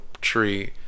tree